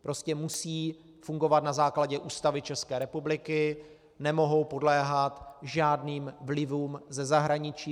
Prostě musí fungovat na základě Ústavy České republiky, nemohou podléhat žádným vlivům ze zahraničí.